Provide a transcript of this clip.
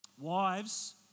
Wives